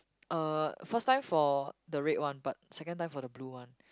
uh first time for the red one but second time for the blue one